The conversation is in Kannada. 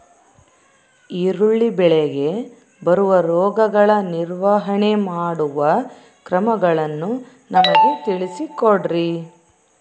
ಈರುಳ್ಳಿ ಬೆಳೆಗೆ ಬರುವ ರೋಗಗಳ ನಿರ್ವಹಣೆ ಮಾಡುವ ಕ್ರಮಗಳನ್ನು ನಮಗೆ ತಿಳಿಸಿ ಕೊಡ್ರಿ?